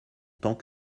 tant